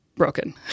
broken